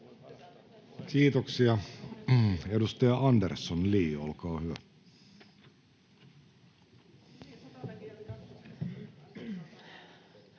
Kiitoksia. — Edustaja Andersson, Li, olkaa hyvä.